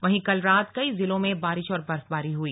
वहीं कल रात कई जिलों में बारिश और बर्फबारी हुई